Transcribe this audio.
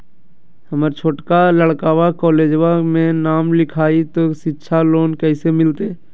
हमर छोटका लड़कवा कोलेजवा मे नाम लिखाई, तो सिच्छा लोन कैसे मिलते?